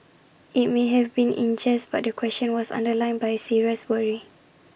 IT may have been in jest but the question was underlined by serious worry